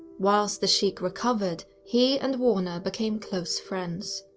whilst the sheikh recovered, he and warner became close friends.